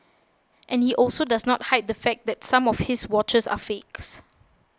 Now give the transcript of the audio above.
and he also does not hide the fact that some of his watches are fakes